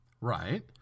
Right